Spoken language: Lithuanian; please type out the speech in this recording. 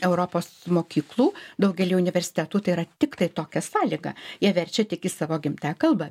europos mokyklų daugely universitetų tai yra tiktai tokia sąlyga jie verčia tik į savo gimtąją kalbą